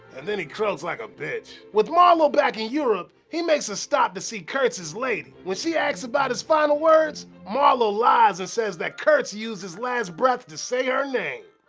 and then he croaks like a bitch. with marlow back in europe, he makes a stop to see kurtz's lady. when she axe about his final words, marlow lies and says that kurtz used his last breath to say her name.